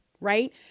Right